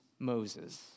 Moses